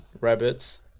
Rabbits